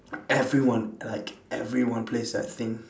everyone like everyone plays that thing